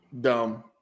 dumb